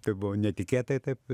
tai buvo netikėtai taip